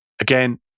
again